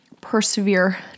persevere